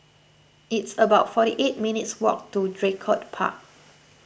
it's about forty eight minutes' walk to Draycott Park